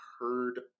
heard